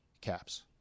Caps